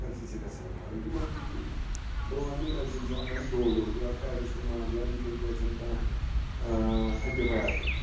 تَمہِ سۭتۍ چھِ گژھان فرق یِمَن بہٕ وَنٕے أسۍ زَن چھِ اَنان ڈولو یا پیٚرَسٹمال یا یِتھَے پٲٹھۍ کانٛہہ اِنٹِہ بَیاٹِک